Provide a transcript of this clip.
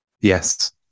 Yes